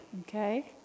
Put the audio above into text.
Okay